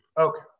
Okay